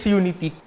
unity